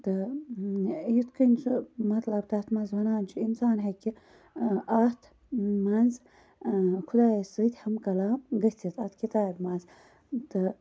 تہٕ یِتھ کَنۍ سُہ مَطلَب تتھ مَنٛز وَنان چھُ اِنسان ہیٚکہِ اتھ مَنٛز خۄدایَس سۭتۍ ہَم کَلام گٔژھِتھ اتھ کِتابہ مَنٛز تہٕ